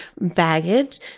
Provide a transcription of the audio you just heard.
baggage